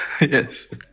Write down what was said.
Yes